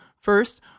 First